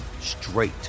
straight